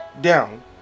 down